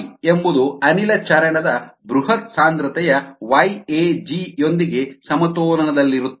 xA ಎಂಬುದು ಅನಿಲ ಚರಣ ದ ಬೃಹತ್ ಸಾಂದ್ರತೆಯ yAG ಯೊಂದಿಗೆ ಸಮತೋಲನದಲ್ಲಿರುತ್ತದೆ